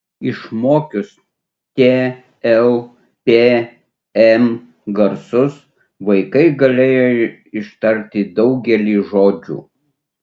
išmokius t l p m garsus vaikai galėjo ištarti daugelį žodžių